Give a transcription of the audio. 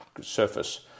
surface